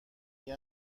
گین